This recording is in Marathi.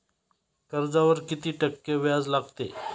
कर्जावर किती टक्के व्याज लागते?